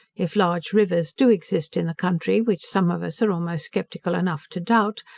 if large rivers do exist in the country, which some of us are almost sceptical enough to doubt,